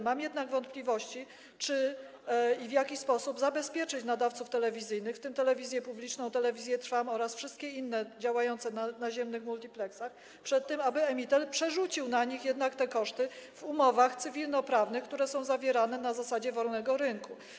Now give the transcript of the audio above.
Mam jednak wątpliwości, czy i w jaki sposób zabezpieczyć nadawców telewizyjnych, w tym telewizję publiczną, Telewizję Trwam oraz wszystkie inne działające na naziemnych multipleksach, przed przerzuceniem przez Emitela na nich jednak tych kosztów w umowach cywilnoprawnych, które są zawierane na zasadzie wolnego rynku.